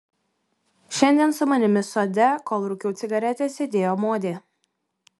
šiandien su manimi sode kol rūkiau cigaretę sėdėjo modė